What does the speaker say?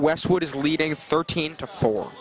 westwood is leading thirteen to fo